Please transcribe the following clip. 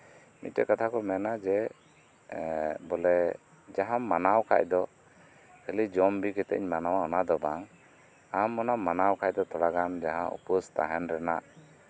ᱢᱮᱫᱴᱮᱡ ᱠᱟᱛᱷᱟ ᱠᱚ ᱢᱮᱱᱟ ᱡᱮ ᱮᱸᱜ ᱵᱚᱞᱮ ᱡᱟᱦᱟᱸᱢ ᱢᱟᱱᱟᱣ ᱠᱷᱟᱡ ᱫᱚ ᱠᱷᱟᱞᱤ ᱡᱚᱢ ᱵᱤ ᱠᱟᱛᱮ ᱤᱧ ᱢᱟᱱᱟᱣᱟ ᱚᱱᱟ ᱫᱚ ᱵᱟᱝ ᱟᱢ ᱚᱱᱟᱢ ᱢᱟᱱᱟᱣ ᱠᱟᱡ ᱫᱚ ᱛᱷᱚᱲᱟ ᱜᱟᱱ ᱡᱟᱦᱟᱸ ᱩᱯᱟᱹᱥ ᱛᱟᱦᱮᱸᱱ ᱨᱮᱱᱟᱜ